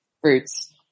fruits